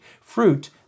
fruit